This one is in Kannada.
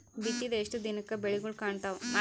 ಬಿತ್ತಿದ ಎಷ್ಟು ದಿನಕ ಬೆಳಿಗೋಳ ಕಾಣತಾವ?